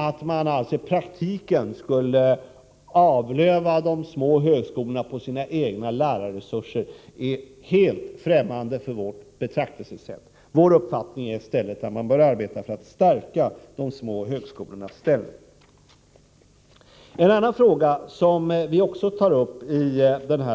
Att man i praktiken skulle ”avlöva” de små högskolorna när det gäller deras egna lärarresurser är helt fträmmande för oss. Vår uppfattning är i stället att man bör arbeta för att stärka de små högskolornas ställning. En annan fråga som vi tar upp i